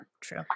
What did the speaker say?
True